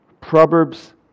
Proverbs